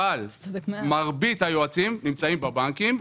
אבל מרבית היועצים נמצאים בבנקים,